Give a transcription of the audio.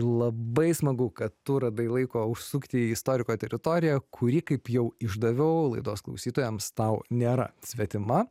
labai smagu kad tu radai laiko užsukti į istoriko teritoriją kuri kaip jau išdaviau laidos klausytojams tau nėra svetima